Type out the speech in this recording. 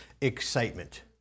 excitement